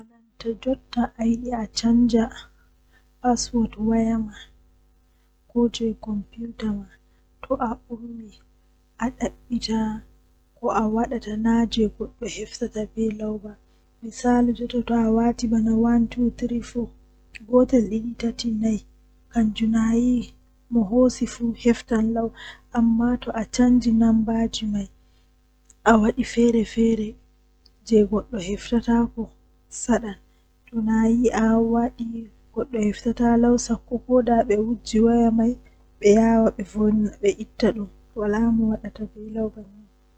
Haa asaweere midon huwa awaaji cappan e tati e joye ngamman midon siwta bo haa nduubu midon yi'a wadan nde tati yahugo nde nay.